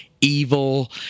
evil